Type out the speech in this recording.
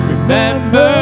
Remember